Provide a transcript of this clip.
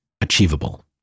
achievable